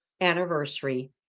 anniversary